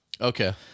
Okay